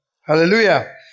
Hallelujah